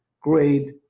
grade